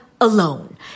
alone